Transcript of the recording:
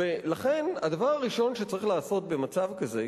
לכן הדבר הראשון שצריך לעשות במצב כזה,